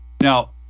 Now